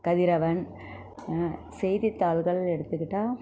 கதிரவன் செய்தித்தாள்கள் எடுத்துக்கிட்டால்